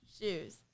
shoes